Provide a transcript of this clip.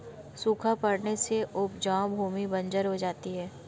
सूखा पड़ने से उपजाऊ भूमि बंजर हो जाती है